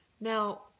Now